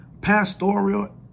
pastoral